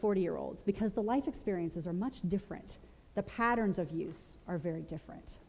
forty year olds because the life experiences are much different the patterns of use are very different